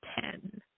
ten